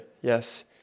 yes